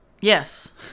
Yes